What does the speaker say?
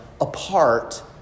apart